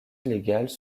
illégales